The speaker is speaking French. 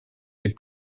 des